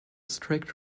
strict